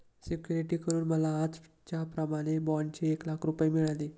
security करून मला आजच्याप्रमाणे बाँडचे एक लाख रुपये मिळाले